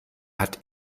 hat